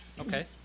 Okay